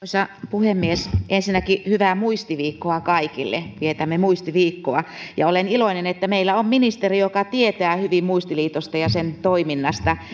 puhemies ensinnäkin hyvää muistiviikkoa kaikille vietämme muistiviikkoa ja olen iloinen että meillä on ministeri joka tietää hyvin muistiliitosta ja sen toiminnasta